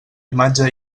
imatge